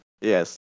yes